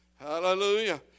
hallelujah